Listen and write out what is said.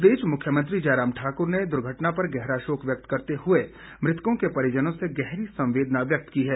इस बीच मुख्यमंत्री जयराम ठाकुर ने दुर्घटना पर गहरा शोक व्यक्त करते मृतकों के परिजनों से गहरी संवेदना व्यक्त की है